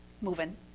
moving